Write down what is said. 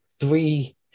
three